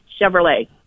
Chevrolet